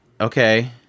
Okay